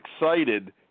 excited